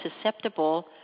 susceptible